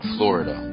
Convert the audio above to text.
Florida